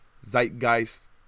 zeitgeist